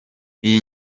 iyi